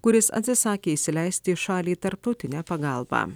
kuris atsisakė įsileisti į šalį tarptautinę pagalbą